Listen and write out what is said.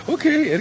Okay